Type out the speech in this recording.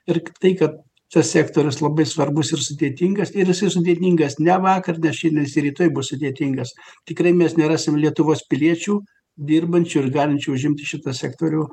ir tai kad čia sektorius labai svarbus ir sudėtingas ir jisai sudėtingas ne vakar ne šiandien jis ir rytoj bus sudėtingas tikrai mes nerasim lietuvos piliečių dirbančių ir galinčių užimti šitą sektorių